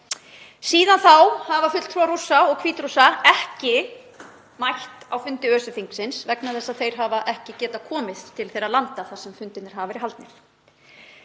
Síðan þá hafa fulltrúar Rússa og Hvít-Rússa ekki mætt á fundi ÖSE-þingsins vegna þess að þeir hafa ekki getað komist til þeirra landa þar sem fundirnir hafa verið haldnir.